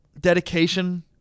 dedication